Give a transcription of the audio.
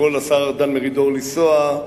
יכול השר דן מרידור לנסוע,